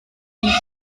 nicht